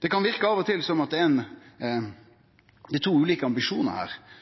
Det kan av og til verke som at det er to ulike ambisjonar her,